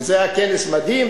וזה היה כנס מדהים,